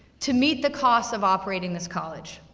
to meet the cost of operating this college.